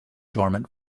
dormant